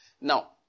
Now